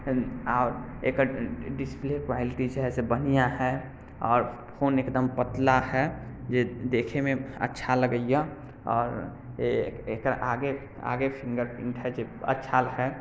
आ एकर display quality छै से बढ़िआँ हए आओर फोन एकदम पतला हए जे देखयमे अच्छा लगैए आओर ए एकर आगे आगे फिंगरप्रिन्ट हए जे अच्छा हए